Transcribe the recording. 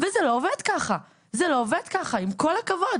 וזה לא עובד ככה, זה לא עובד ככה עם כל הכבוד.